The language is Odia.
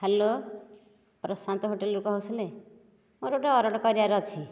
ହାଲୋ ପ୍ରଶାନ୍ତ ହୋଟେଲରୁ କହୁଥିଲେ ମୋର ଗୋଟିଏ ଅର୍ଡ଼ର କରିବାର ଅଛି